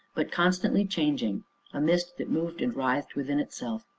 but constantly changing a mist that moved and writhed within itself.